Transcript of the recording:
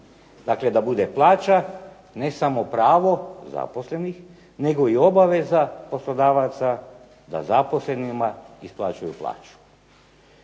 dakle da bude plaća ne samo pravo zaposlenih nego i obaveza poslodavaca da zaposlenima isplaćuju plaću.